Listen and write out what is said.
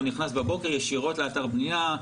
הוא נכנס בבוקר ישירות לאתר הבנייה.